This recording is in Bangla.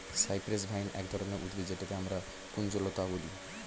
সাইপ্রেস ভাইন এক ধরনের উদ্ভিদ যেটাকে আমরা কুঞ্জলতা বলি